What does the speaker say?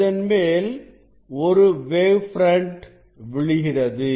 இதன்மேல் ஒரு wave front விழுகிறது